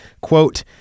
quote